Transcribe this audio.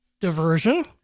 diversion